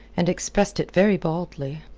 and expressed it very baldly.